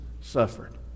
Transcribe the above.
suffered